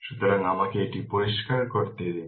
সুতরাং আমাকে এটি পরিষ্কার করতে দিন